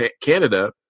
canada